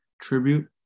tribute